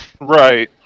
right